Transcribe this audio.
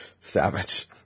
Savage